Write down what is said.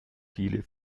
viele